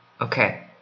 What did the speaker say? Okay